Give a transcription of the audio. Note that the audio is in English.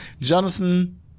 Jonathan